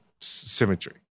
symmetry